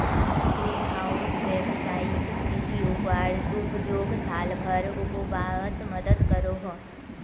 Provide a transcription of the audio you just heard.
green house वैवसायिक कृषि उपजोक साल भर उग्वात मदद करोह